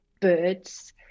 birds